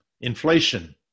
Inflation